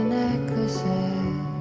necklaces